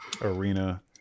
Arena